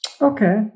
Okay